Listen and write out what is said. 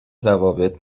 ضوابط